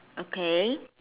okay